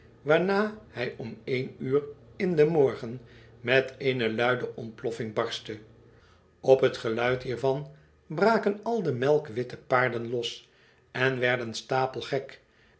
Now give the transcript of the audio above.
waarna hij om één umin den morgen met eene luide ontploffing barstte op t geluid hiervan braken al de melkwitte paarden los en werden stapelgek